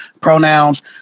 pronouns